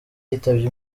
yitabye